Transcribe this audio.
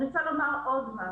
הדברים נשמעו.